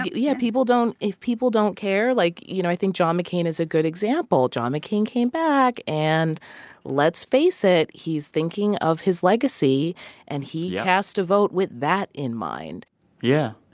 yeah people don't if people don't care, like, you know, i think john mccain is a good example. john mccain came back. and let's face it. he's thinking of his legacy yep and he cast a vote with that in mind yeah.